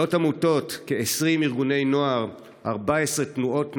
מאות עמותות, כ-20 ארגוני נוער, 14 תנועות נוער,